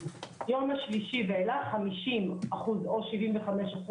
היום השלישי ואילך משולם 50% או 75%,